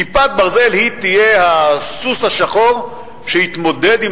"כיפת ברזל" תהיה הסוס השחור שיתמודד עם